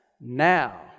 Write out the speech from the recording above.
Now